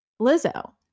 Lizzo